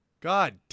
God